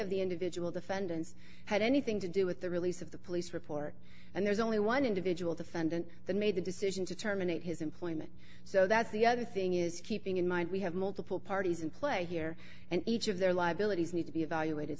of the individual defendants had anything to do with the release of the police report and there's only one individual defendant that made the decision to terminate his employment so that's the other thing is keeping in mind we have multiple parties in play here and each of their liabilities need to be evaluated